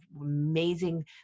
amazing